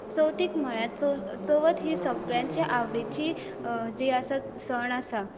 चवथीक म्हणल्यार चवथ ही सगळ्यांच्या आवडीची जी आसा सण आसा